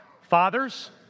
Fathers